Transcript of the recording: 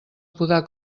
podar